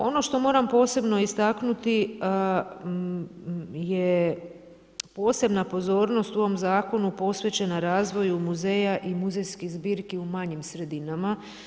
Ono što moram posebno istaknuti je posebna pozornost u ovom zakonu posvećena razvoju muzeja i muzejskih zbirki u manjim sredinama.